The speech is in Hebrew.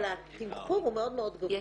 אבל התמחור הוא מאוד מאוד גבוה,